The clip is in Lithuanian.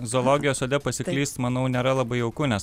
zoologijos sode pasiklyst manau nėra labai jauku nes